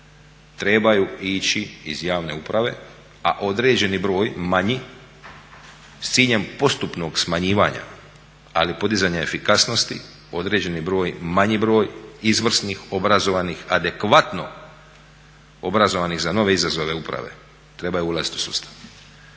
trebaju ići iz javne uprave a određeni broj manji s ciljem postupnog smanjivanja ali podizanje efikasnosti, određeni broj, manji broj izvrsnih, obrazovanih, adekvatno obrazovanih za nove izazove uprave, trebaju ulaziti u sustav.